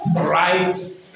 right